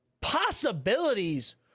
possibilities